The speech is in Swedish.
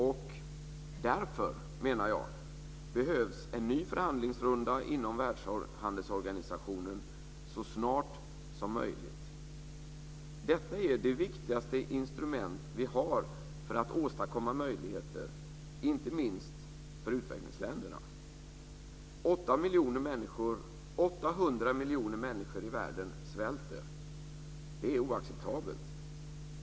Och därför menar jag att det behövs en ny förhandlingsrunda inom ramen för Världshandelsorganisationen så snart som möjligt. Detta är det viktigaste instrument vi har för att åstadkomma möjligheter inte minst för utvecklingsländerna. 800 miljoner människor i världen svälter. Det är oacceptabelt.